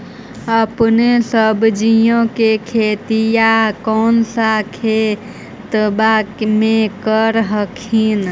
अपने सब्जिया के खेतिया कौन सा खेतबा मे कर हखिन?